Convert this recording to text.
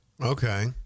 Okay